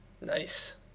Nice